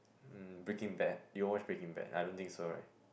um Breaking Bad did you watch Breaking Bad I don't think so right